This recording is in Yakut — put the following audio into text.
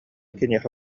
киниэхэ